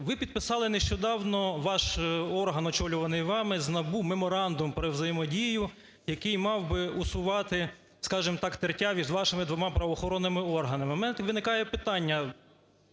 Ви підписали нещодавно, ваш орган, очолюваний вами, з НАБУ меморандум про взаємодію, який мав би усувати, скажемо так, тертя між вашими двома правоохоронними органами. У мене виникає питання…